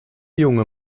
junge